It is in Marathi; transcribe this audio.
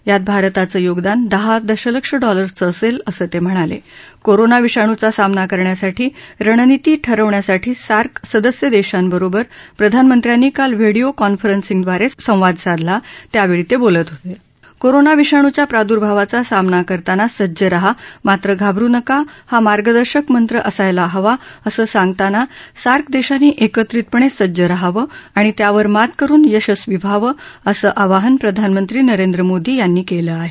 यात भारताचं योगदान दहा दक्षलक्ष डॉलसचं असत्त असं तक्हिणाल क्रोरोना विषाणुचा सामना करण्यासाठी रणनीती ठरवण्यासाठी सार्क सदस्य दक्षिबरोबर प्रधानमंत्र्यांनी काल व्हिडीओ कॉन्फरन्सिंग द्वार खिंवाद साधला त्यावक्षी त बिलत होत कोरोना विषाणूच्या प्रादुर्भावाचा सामना करताना सज्ज रहा मात्र घाबरु नका हा मार्गदर्शक मंत्र असायला हवा असं सांगताना सार्क दक्षानी एकत्रितपणखिज्ज राहवं आणि त्यावर मात करुन यशस्वी व्हावं असं आवाहन प्रधानमंत्री नरेंद्र मोदी यांनी कलि आह